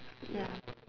ya